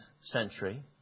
century